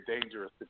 dangerous